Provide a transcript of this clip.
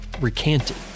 recanted